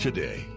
Today